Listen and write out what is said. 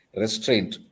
restraint –